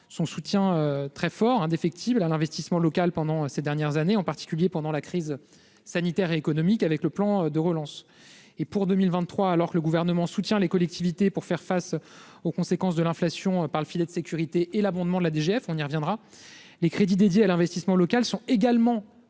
son soutien indéfectible à l'investissement local au cours de ces dernières années, en particulier pendant la crise sanitaire et économique. Pour 2023, alors que le Gouvernement soutient les collectivités pour faire face aux conséquences de l'inflation par le filet de sécurité et l'abondement de la DGF- nous y reviendrons -, les crédits dédiés à l'investissement local sont également